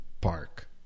park